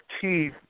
teeth